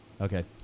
Okay